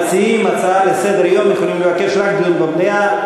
המציעים הצעה לסדר-היום יכולים לבקש רק דיון במליאה.